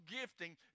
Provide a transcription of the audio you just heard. gifting